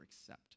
accept